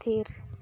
ᱛᱷᱤᱨ